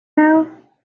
now